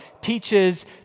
teaches